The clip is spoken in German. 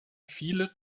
viele